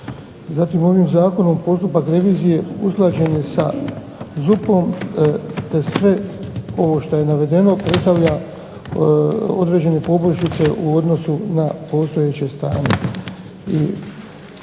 Zatim, ovim zakonom postupak revizije usklađen je sa ZUP-om te sve ovo što je navedeno predstavlja određene poboljšice u odnosu na postojeće stanje